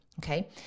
Okay